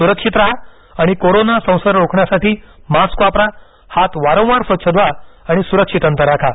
सुरक्षित राहा आणि कोरोना संसर्ग रोखण्यासाठी मास्क वापरा हात वारंवार स्वच्छ धुवा आणि सुरक्षित अंतर राखा